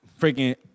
freaking